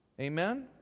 Amen